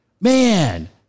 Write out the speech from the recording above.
man